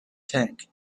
tank